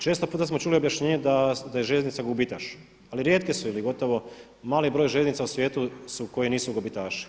Često puta smo čuli objašnjenje da je željeznica gubitaš, ali rijetke su ili gotovo mali broj željeznica u svijetu su koje nisu gubitaši.